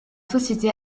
société